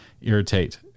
irritate